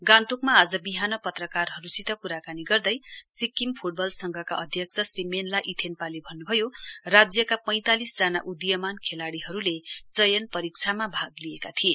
गान्तोकको आज बिहान पत्रकारहरूसित क्राकानी गर्दै सिक्किम फ्टबल संघका अध्यक्ष श्री मेनला इथेन्पाले भन्नु भयो राज्यका पैंतालिस जना उदयीमान खेलाडीहरूले चयन परीक्षामा भाग लिएका थिए